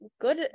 good